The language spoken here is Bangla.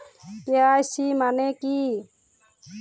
কে.ওয়াই.সি মানে কী?